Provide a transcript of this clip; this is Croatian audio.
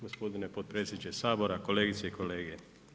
Gospodine potpredsjedniče Sabora, kolegice i kolege.